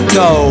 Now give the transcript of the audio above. go